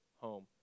home